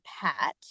pat